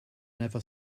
never